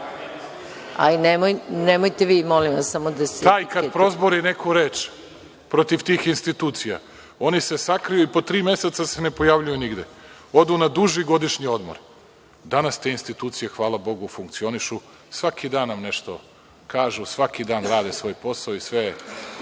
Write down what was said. da reagujem. **Aleksandar Vučić** Taj kad prozbori neku reč protiv tih institucija, oni se sakriju i po tri meseca se ne pojavljuju nigde, odu na duži godišnji odmor. Danas te institucije, hvala bogu, funkcionišu, svaki dan nam nešto kažu, svaki dan rade svoj posao.